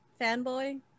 fanboy